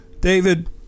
David